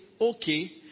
okay